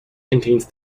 contains